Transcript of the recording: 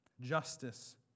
justice